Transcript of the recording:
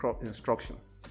instructions